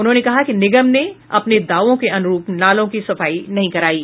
उन्होंने कहा कि निगम ने अपने दावों के अनुरूप नालों की सफाई नहीं करायी